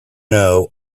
know